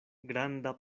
granda